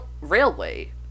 Railway